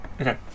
Okay